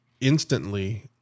instantly